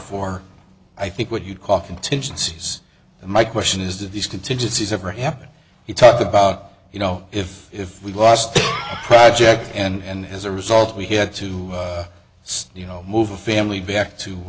for i think what you'd call contingencies my question is if these contingencies ever happen he talked about you know if if we lost project and as a result we had to stay you know move the family back to